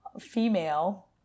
female